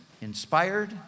inspired